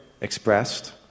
expressed